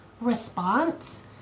response